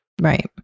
right